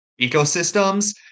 ecosystems